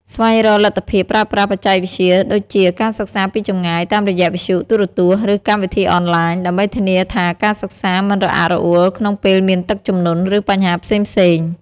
ស្វែងរកលទ្ធភាពប្រើប្រាស់បច្ចេកវិទ្យាដូចជា ការសិក្សាពីចម្ងាយ តាមរយៈវិទ្យុ ទូរទស្សន៍ ឬកម្មវិធីអនឡាញ ដើម្បីធានាថាការសិក្សាមិនរអាក់រអួលក្នុងពេលមានទឹកជំនន់ ឬបញ្ហាផ្សេងៗ។